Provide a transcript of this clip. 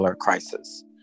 crisis